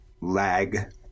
lag